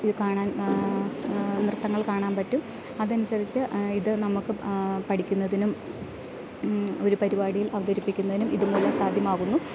ഇത് കാണാൻ നൃത്തങ്ങൾ കാണാൻ പറ്റും അതനുസരിച്ച് ഇത് നമുക്ക് പഠിക്കുന്നതിനും ഒരു പരിപാടിയിൽ അവതരിപ്പിക്കുന്നതിനും ഇതുമൂലം സാധ്യമാകുന്നു